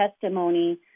testimony